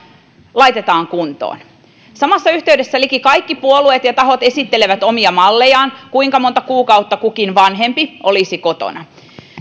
laitetaan kuntoon samassa yhteydessä liki kaikki puolueet ja tahot esittelivät omia mallejaan kuinka monta kuukautta kukin vanhempi olisi kotona